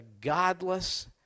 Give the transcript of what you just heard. godless